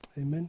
Amen